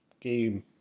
game